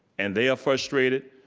and they are frustrated.